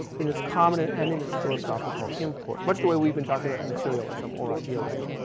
in its common and and in its philosophical import. much the way we've been talking about materialism or idealism.